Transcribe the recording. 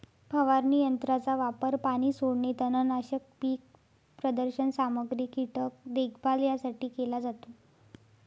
फवारणी यंत्राचा वापर पाणी सोडणे, तणनाशक, पीक प्रदर्शन सामग्री, कीटक देखभाल यासाठी केला जातो